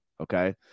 Okay